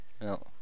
No